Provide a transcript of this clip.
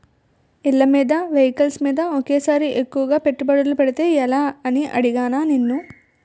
ఇళ్ళమీద, వెహికల్స్ మీద ఒకేసారి ఎక్కువ పెట్టుబడి పెడితే ఎలా అని అడిగానా నిన్ను